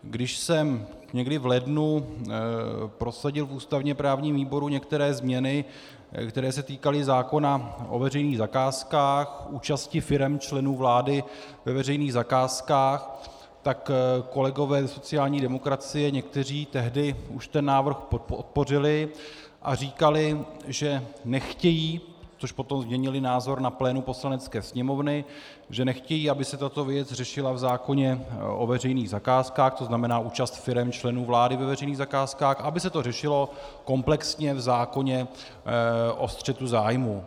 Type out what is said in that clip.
Když jsem někdy v lednu prosadil v ústavněprávním výboru některé změny, které se týkaly zákona o veřejných zakázkách, účasti firem členů vlády ve veřejných zakázkách, tak někteří kolegové ze sociální demokracie už tehdy ten návrh podpořili a říkali, že nechtějí což potom změnili názor na plénu Poslanecké sněmovny že nechtějí, aby se tato věc řešila v zákoně o veřejných zakázkách, to znamená účast firem členů vlády ve veřejných zakázkách, aby se to řešilo komplexně v zákoně o střetu zájmů.